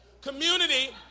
community